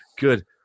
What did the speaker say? good